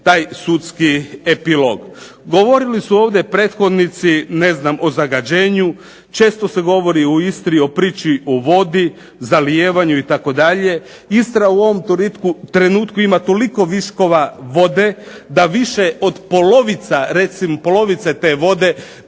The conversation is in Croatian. taj sudski epilog. Govorili su ovdje prethodnici ne znam o zagađenju. Često se govori u Istri o priči o vodi, zalijevanju itd. Istra u ovom trenutku ima toliko viškova vode da više od polovice te vode